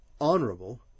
honorable